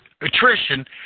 attrition